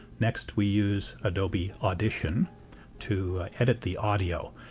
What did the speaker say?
next we use adobe audition to edit the audio.